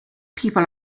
people